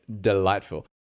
delightful